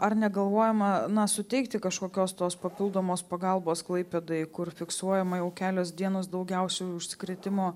ar negalvojama na suteikti kažkokios tos papildomos pagalbos klaipėdoj kur fiksuojama jau kelios dienos daugiausia užsikrėtimo